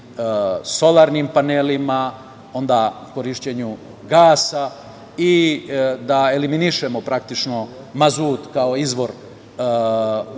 solarnim panelima, onda korišćenju gasa i da eliminišemo, praktično, mazut kao izvor u većem